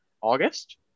August